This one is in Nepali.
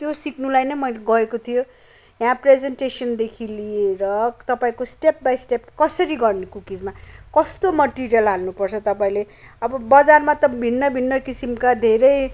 त्यो सिक्नुलाई नै मैले गएको थियो यहाँ प्रेजेन्टेसनदेखि लिएर तपाईँको स्टेप बाई स्टेप कसरी गर्ने कुकिजमा कस्तो मेटिरियल हाल्नु पर्छ तपाईँले अब बजारमा त भिन्न भिन्न किसिमका धेरै